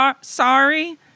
sorry